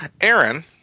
Aaron